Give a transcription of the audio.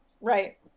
Right